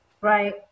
Right